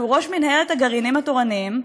שהוא ראש מינהלת הגרעינים התורניים.